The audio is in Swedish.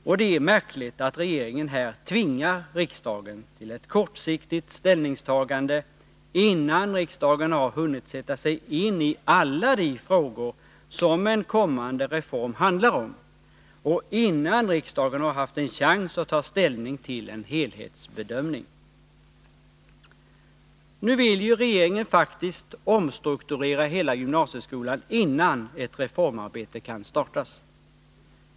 Och det är märkligt att regeringen tvingar riksdagen till ett kortsiktigt ställningstagande, innan riksdagen har hunnit sätta sig in i alla de frågor som en kommande reform handlar om, och innan riksdagen har haft en chans att ta ställning till en helhetsbedömning. Nu vill regeringen faktiskt omstrukturera hela gymnasieskolan innan ett reformarbete kan startas.